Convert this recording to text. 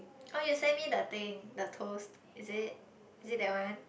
oh you sent me the thing the toast is it is it that one